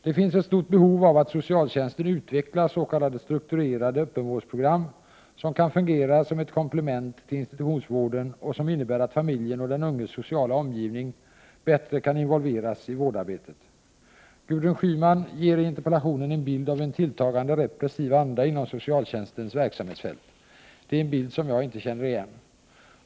Det finns ett stort behov av att socialtjänsten utvecklar s.k. strukturerade öppenvårdsprogram som kan fungera som ett komplement till institutionsvården och som innebär att familjen och den unges sociala omgivning bättre kan involveras i vårdarbetet. Gudrun Schyman ger i interpellationen en bild av en tilltagande repressiv anda inom socialtjänstens verksamhetsfält. Det är en bild som jag inte känner igen.